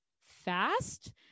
fast